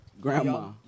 grandma